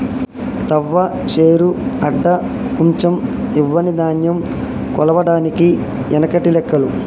తవ్వ, శేరు, అడ్డ, కుంచం ఇవ్వని ధాన్యం కొలవడానికి ఎనకటి లెక్కలు